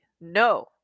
No